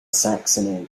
saxony